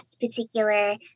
particular